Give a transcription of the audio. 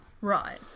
Right